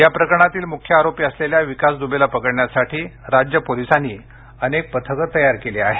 या प्रकरणातील मुख्य आरोपी असलेल्या विकास दुबेला पकडण्यासाठी राज्य पोलिसांनी अनेक पथके तयार केली आहेत